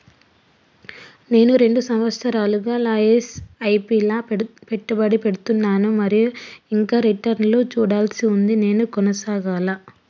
నేను రెండు సంవత్సరాలుగా ల ఎస్.ఐ.పి లా పెట్టుబడి పెడుతున్నాను మరియు ఇంకా రిటర్న్ లు చూడాల్సి ఉంది నేను కొనసాగాలా?